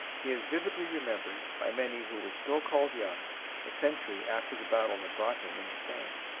he is vividly remembered by many who were still called young a century after the battle that brought him into fame.